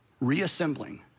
reassembling